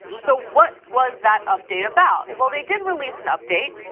so what was that update about? well, they did release an update.